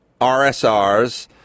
RSRs